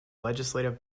legislative